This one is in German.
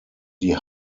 die